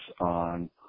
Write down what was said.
on